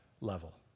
level